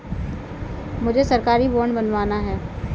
मुझे सरकारी बॉन्ड बनवाना है